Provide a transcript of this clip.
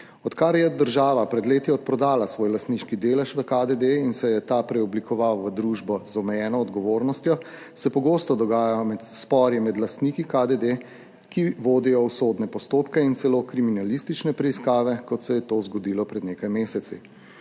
Odkar je država pred leti odprodala svoj lastniški delež v KDD in se je ta preoblikoval v družbo z omejeno odgovornostjo, se pogosto dogajajo spori med lastniki KDD, ki vodijo v sodne postopke in celo kriminalistične preiskave, kot se je to zgodilo pred nekaj meseci.